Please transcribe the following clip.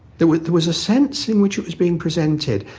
there was was a sense in which it was being presented,